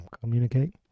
communicate